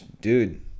dude